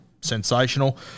sensational